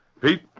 Pete